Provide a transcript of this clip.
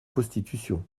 prostitution